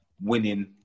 winning